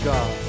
God